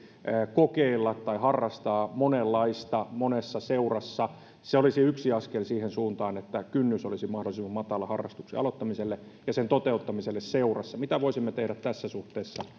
kokeilla tai harrastaa monenlaista monessa seurassa se olisi yksi askel siihen suuntaan että kynnys olisi mahdollisimman matala harrastuksen aloittamiselle ja sen toteuttamiselle seurassa mitä voisimme tehdä tässä suhteessa